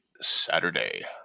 Saturday